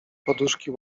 poduszki